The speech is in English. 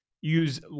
use